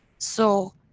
so,